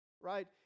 right